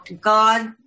God